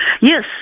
Yes